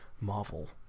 Marvel